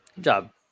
job